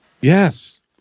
Yes